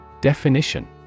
Definition